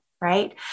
right